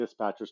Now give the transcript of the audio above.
dispatchers